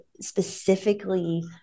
specifically